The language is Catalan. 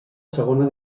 segona